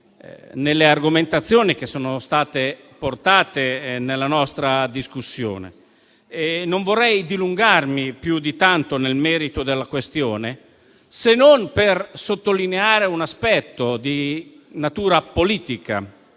nelle argomentazioni che sono state portate nella nostra discussione e non vorrei dilungarmi più di tanto nel merito della questione, se non per sottolineare un aspetto di natura politica